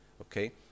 Okay